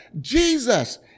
Jesus